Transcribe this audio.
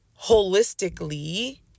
holistically